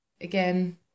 Again